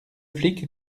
flic